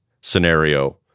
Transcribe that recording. scenario